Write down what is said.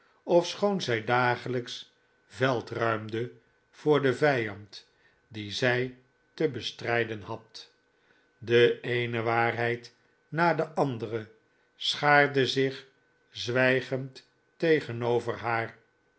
ofschoon zij dagelijks veld ruimde voor den vijand dien zij te bestrijden had de eene waarheid na de andere schaarde zich zwijgend tegenover haar